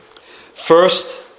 First